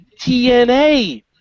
TNA